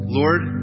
lord